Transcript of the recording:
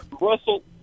Russell